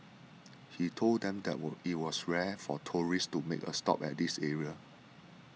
he told them that was it was rare for tourists to make a stop at this area